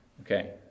Okay